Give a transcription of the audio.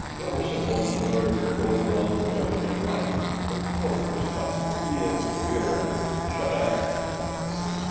there was a woman murdered over on the prairie near brighton her throat was cut from ear to ear, and shut up, snapped bradley.